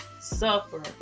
Suffer